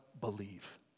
believe